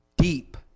Deep